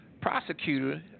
prosecutor